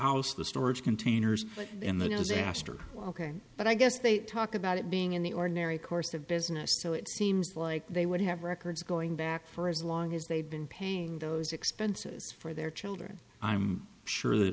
house the storage containers and the disaster ok but i guess they talk about it being in the ordinary course of business so it seems like they would have records going back for as long as they've been paying those expenses for their children i'm sure th